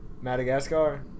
Madagascar